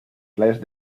playas